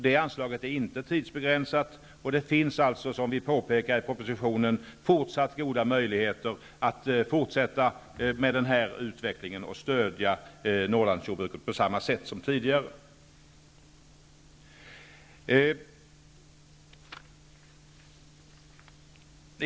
Det anslaget är inte tidsbegränsat, och det finns alltså, som vi påpekar i propositionen, ännu goda möjligheter att fortsätta med den här utvecklingen och att stödja Norrlandsjordbruket på samma sätt som tidigare.